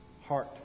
heart